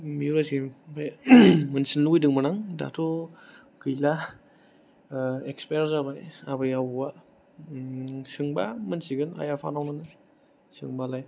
आमफ्राय मोनथिनो लुबैदोंमोन आं दाथ' गैला इक्सपायार जाबाय आबै आबौया सोंबा मिथिगोन आइ आफानावनो सोंबालाय